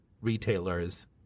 retailers